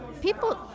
people